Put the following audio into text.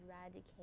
eradicate